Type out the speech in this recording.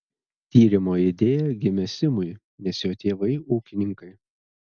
tyrimo idėja gimė simui nes jo tėvai ūkininkai